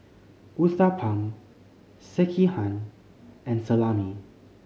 Uthapam Sekihan and Salami